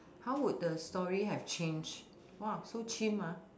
how would the story have change !wah! so chim ah